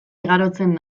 igarotzen